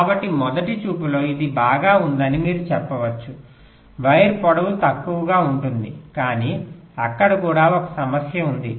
కాబట్టి మొదటి చూపులో ఇది బాగా ఉందని మీరు చెప్పవచ్చు వైర్ పొడవు తక్కువగా ఉంటుంది కానీ అక్కడ కూడా ఒక సమస్య ఉంది